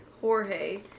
Jorge